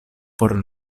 por